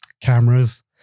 cameras